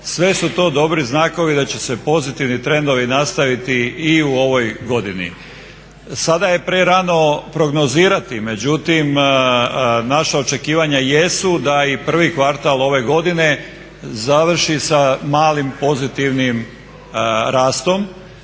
Sve su to dobri znakovi da će se pozitivni trendovi nastaviti i u ovoj godini. Sada je prerano prognozirati, međutim naša očekivanja jesu da i prvi kvartal ove godine završi sa malim pozitivnim rastom